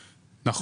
נכון.